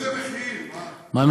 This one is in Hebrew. באיזה מחיר?